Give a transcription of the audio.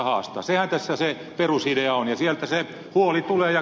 sehän tässä se perusidea on ja sieltä se huoli tulee